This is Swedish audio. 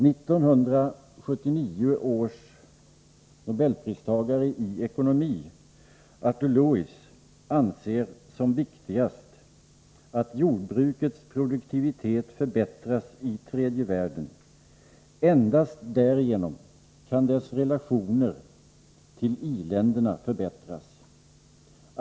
1979 års nobelpristagare i ekonomi, Arthur Lewis, anser som viktigast att jordbrukets produktivitet förbättras i tredje världen — endast därigenom kan dess relationer till i-länderna förbättras.